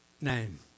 name